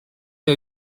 are